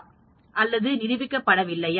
அல்லது நிரூபிக்கப்பட வில்லையா